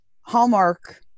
Hallmark